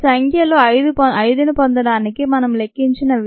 ఈ సంఖ్యలు 5ను పొందడానికి మనం లెక్కించిన v 0